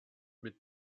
mit